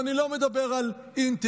ואני לא מדבר על אינטל.